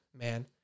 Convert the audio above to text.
man